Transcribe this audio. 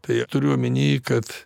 tai turiu omeny kad